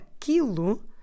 aquilo